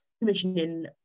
commissioning